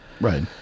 Right